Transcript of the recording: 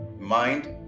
mind